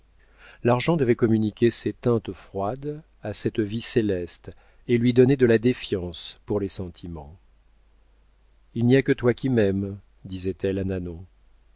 l'argent devait communiquer ses teintes froides à cette vie céleste et lui donner de la défiance pour les sentiments il n'y a que toi qui m'aimes disait-elle à